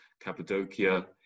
Cappadocia